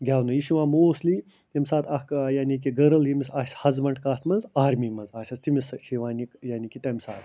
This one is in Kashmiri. گٮ۪ونہٕ یہِ چھِ یِوان موسٹلی ییٚمہِ ساتہٕ اَکھ یعنی کہِ گٔرٕل یٔمِس آسہِ ہزبَنٛڈ کَتھ منٛز آرمی منٛز آسٮ۪س تٔمِس سۭتۍ چھِ یِوان یہِ یعنی کہِ تَمہِ ساتہٕ